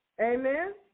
Amen